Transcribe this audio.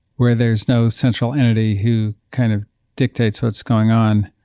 where there's no central entity who kind of dictates what's going on,